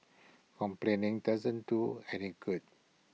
complaining doesn't do any good